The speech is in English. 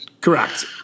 Correct